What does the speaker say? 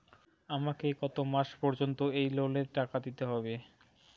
আমাকে কত মাস পর্যন্ত এই লোনের টাকা দিতে হবে?